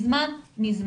מזמן.